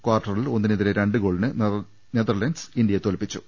കാർട്ടറിൽ ഒന്നിനെതിരെ രണ്ട് ഗോളിന് നെതർലന്റ്സ് ഇന്ത്യയെ തോൽപ്പിച്ചു